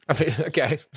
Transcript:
Okay